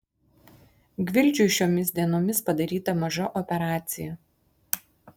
gvildžiui šiomis dienomis padaryta maža operacija